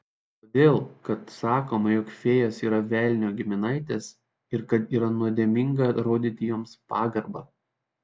todėl kad sakoma jog fėjos yra velnio giminaitės ir kad yra nuodėminga rodyti joms pagarbą